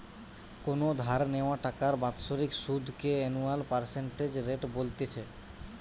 কোনো ধার নেওয়া টাকার বাৎসরিক সুধ কে অ্যানুয়াল পার্সেন্টেজ রেট বলতিছে